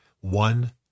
One